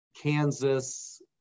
Kansas